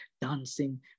dancing